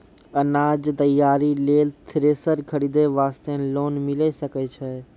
अनाज तैयारी लेल थ्रेसर खरीदे वास्ते लोन मिले सकय छै?